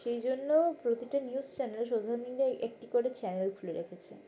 সেই জন্য প্রতিটা নিউজ চ্যানেেল সোশ্যাল মিডিয়ায় একটি করে চ্যানেল খুলে রেখেছে